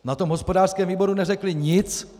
Na hospodářském výboru neřekli nic.